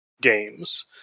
games